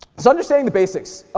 so understanding the basics,